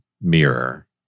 mirror